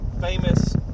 famous